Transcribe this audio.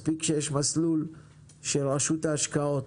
מספיק שיש מסלול של רשות ההשקעות